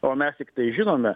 o mes tiktai žinome